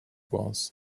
was